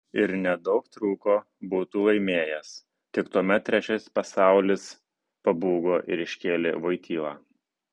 ir nedaug trūko būtų laimėjęs tik tuomet trečiasis pasaulis pabūgo ir iškėlė voitylą